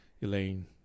Elaine